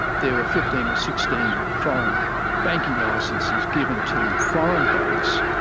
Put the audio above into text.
there were fifteen or sixteen foreign banking licences given to foreign banks,